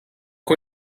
can